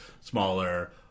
smaller